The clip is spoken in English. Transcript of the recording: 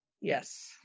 Yes